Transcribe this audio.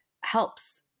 helps